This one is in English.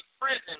prison